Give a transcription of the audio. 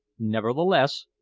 nevertheless,